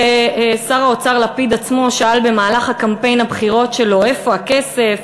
ושר האוצר לפיד עצמו שאל במהלך קמפיין הבחירות שלו: איפה הכסף?